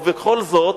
ובכל זאת,